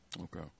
Okay